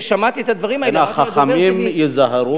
כששמעתי את הדברים האלה אמרתי לדובר שלי: חכמים היזהרו בדבריכם.